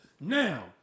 Now